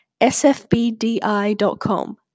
sfbdi.com